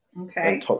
Okay